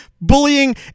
bullying